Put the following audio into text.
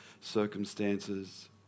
circumstances